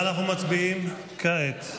אני מצביעים כעת.